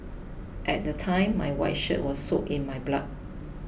at the time my white shirt was soaked in my blood